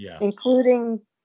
including